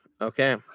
Okay